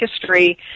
history